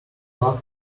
love